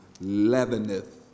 leaveneth